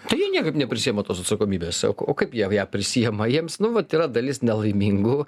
tai jie niekaip neprisiima tos atsakomybės o kaip jie ją prisiima jiems nu vat yra dalis nelaimingų